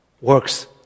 works